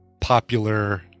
popular